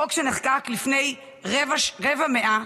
חוק שנחקק לפני רבע מאה,